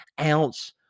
ounce